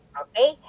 Okay